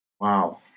Wow